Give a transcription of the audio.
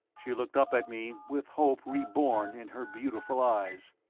she looked up at me with hope reborn in her beautiful eyes.